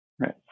Right